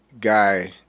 guy